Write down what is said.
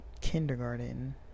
kindergarten